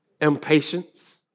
impatience